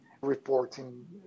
reporting